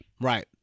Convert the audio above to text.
right